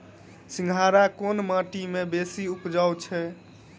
सिंघाड़ा केँ माटि मे बेसी उबजई छै?